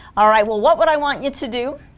alright well what would i want you to do